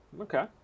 Okay